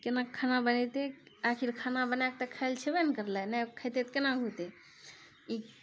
केना खाना बनेतै आखिर खाना बना कऽ तऽ खाइ लेल छेबे करले ने नहि खइतै तऽ केना हौते ई